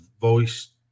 voice